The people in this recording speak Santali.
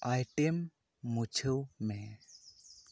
ᱟᱭᱴᱮᱢ ᱢᱩᱪᱷᱟᱹᱣ ᱢᱮ